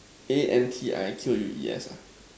A N T I Q U E S ah